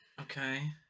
Okay